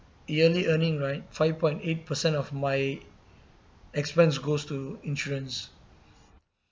yearly earning right five point eight percent of my expense goes to insurance